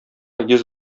йөз